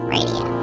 Radio